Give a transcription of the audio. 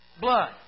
Blood